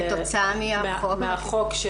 כתוצאה מהחוק של איסור צריכת זנות,